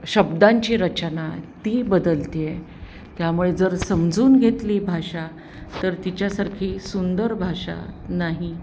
शब्दांची रचना ती बदलते आहे त्यामुळे जर समजून घेतली भाषा तर तिच्यासारखी सुंदर भाषा नाही